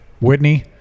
Whitney